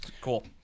Cool